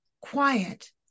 quiet